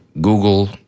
Google